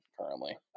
currently